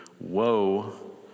Woe